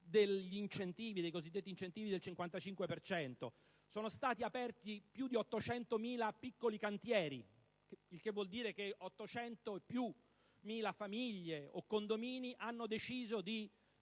dei cosiddetti incentivi del 55 per cento: sono stati aperti più di 800.000 piccoli cantieri, che vuol dire che 800.000 e più famiglie o condomini hanno deciso di